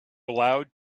allowed